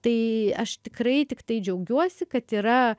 tai aš tikrai tiktai džiaugiuosi kad yra